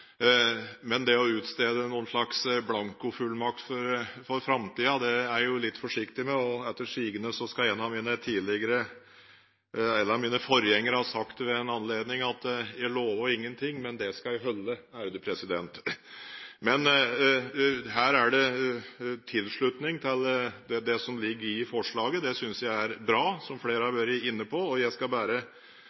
Men det å utstede en slags blankofullmakt for framtiden er jeg litt forsiktig med, og etter sigende skal en av mine forgjengere ha sagt ved en anledning at jeg lover ingenting, men det skal jeg holde. Men her er det tilslutning til det som ligger i forslaget. Det synes jeg er bra – som flere har vært inne på. Jeg